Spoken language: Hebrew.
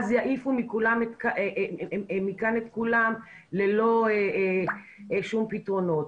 אז יעיפו מכאן את כולם ללא שום פתרונות.